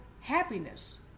happiness